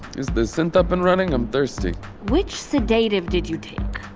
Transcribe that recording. is the synth up and running? i'm thirsty which sedative did you take?